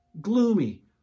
gloomy